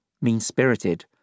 mean-spirited